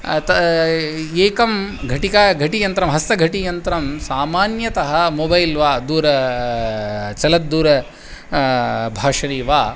एकं घटिका घटियन्त्रं हस्तघटियन्त्रं सामान्यतः मोबैल् वा दूरं चलद्दूरभाषिणी वा